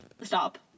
stop